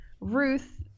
Ruth